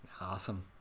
Awesome